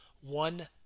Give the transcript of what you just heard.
one